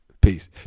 Peace